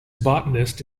botanist